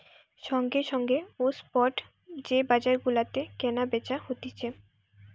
সঙ্গে সঙ্গে ও স্পট যে বাজার গুলাতে কেনা বেচা হতিছে